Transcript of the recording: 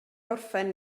orffen